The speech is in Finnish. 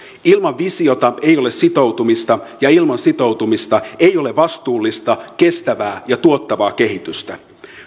ilman visiota ei ole sitoutumista ja ilman sitoutumista ei ole vastuullista kestävää ja tuottavaa kehitystä